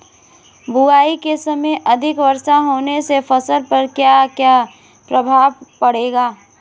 बुआई के समय अधिक वर्षा होने से फसल पर क्या क्या प्रभाव पड़ेगा?